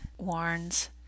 warns